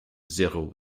zéro